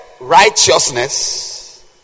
righteousness